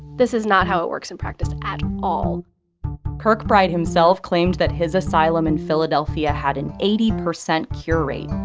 this is not how it works in practice at all kirkbride himself claimed that his asylum in philadelphia had an eighty percent cure rate.